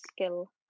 skill